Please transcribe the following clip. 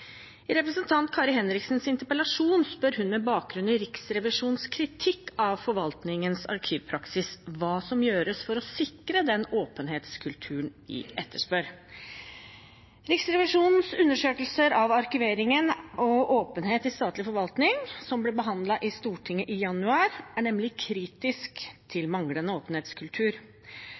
I representanten Kari Henriksens interpellasjon spør hun med bakgrunn i Riksrevisjonens kritikk av forvaltningens arkivpraksis om hva som gjøres for å sikre den åpenhetskulturen vi etterspør. Riksrevisjonen er i sine undersøkelser av arkiveringen og åpenhet i statlig forvaltning, som ble behandlet i Stortinget i januar, nemlig kritisk til manglende åpenhetskultur.